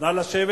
נא לשבת.